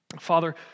Father